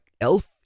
elf